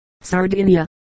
Sardinia